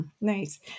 Nice